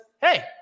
hey